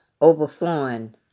overflowing